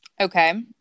Okay